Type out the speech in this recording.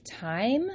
time